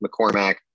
McCormack